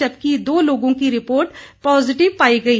जबकि दो लोगों की रिपोर्ट पॉजिटिव पाई गई